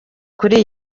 kuri